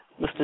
Mr